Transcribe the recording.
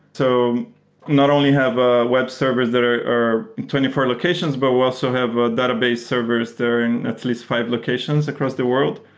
so not only have ah web servers that are in twenty four locations, but we also have ah database servers there in at least five locations across the world.